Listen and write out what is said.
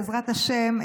בעזרת השם,